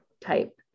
type